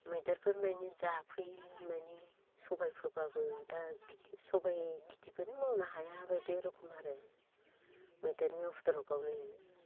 मैदेरफोर मानि जाफैयो माने सबाय फोब्लाबो दा सबाय खिथिखोनो मावनो हाया बायदि रखम आरो मैदेरनि उफद्रबआवनो